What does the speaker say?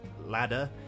ladder